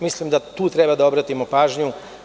Mislim da tu treba da obratimo pažnju.